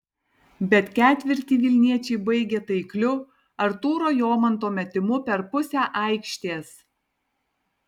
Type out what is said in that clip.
bet ketvirtį vilniečiai baigė taikliu artūro jomanto metimu per pusę aikštės